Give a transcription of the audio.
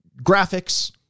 graphics